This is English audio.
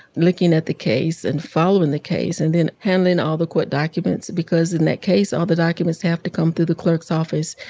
looking at the case and following the case and then handling all the court documents because, in that case, all the documents have to come through the clerk's office,